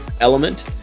element